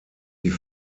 die